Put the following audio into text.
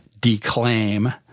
declaim